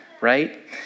right